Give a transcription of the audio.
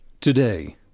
Today